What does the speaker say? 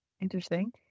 Interesting